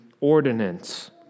ordinance